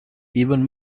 even